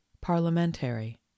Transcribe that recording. parliamentary